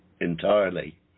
entirely